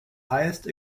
highest